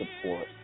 support